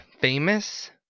famous